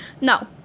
Now